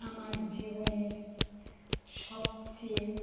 আমার জীবনের সবচেয়ে